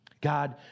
God